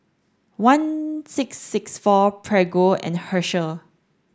one six six four Prego and Herschel